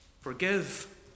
Forgive